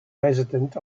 resident